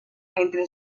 entre